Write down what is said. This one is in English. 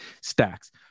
stacks